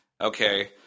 Okay